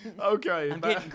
Okay